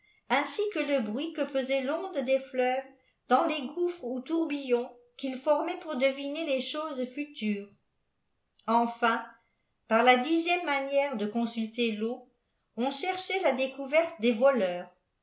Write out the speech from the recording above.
ainsi qsie le bruit que faisait l'onde des fleuves dans les gouffres eii tô rbillon qu'ils formajent pour deviner les choses futures ënfin par ja dixième manière de consulte l'eau on cherchait la découverte des voleurs